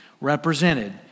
represented